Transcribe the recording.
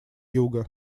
юга